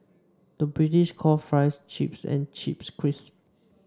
the British calls fries chips and chips crisps